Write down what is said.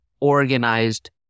organized